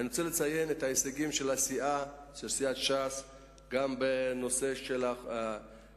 אני רוצה לציין את ההישגים של סיעת ש"ס גם בנושא ההסכמים